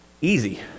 easy